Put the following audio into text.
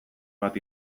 bat